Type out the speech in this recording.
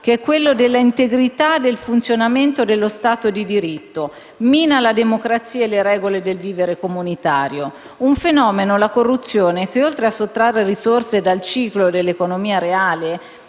che è quello della integrità del funzionamento dello Stato di diritto, mina la democrazia e le regole del vivere comunitario. È un fenomeno, la corruzione, che, oltre a sottrarre risorse al ciclo dell'economia reale